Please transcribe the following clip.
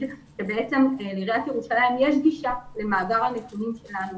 שבעצם עיריית ירושלים יש לה גישה למאגר הנתונים שלנו.